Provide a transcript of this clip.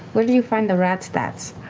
where do you find the rat stats?